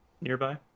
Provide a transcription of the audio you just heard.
nearby